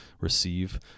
receive